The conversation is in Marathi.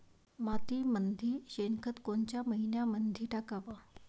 मातीमंदी शेणखत कोनच्या मइन्यामंधी टाकाव?